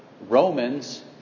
Romans